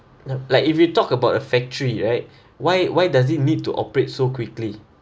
like if you talk about a factory right why why does it need to operate so quickly